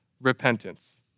repentance